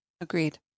Agreed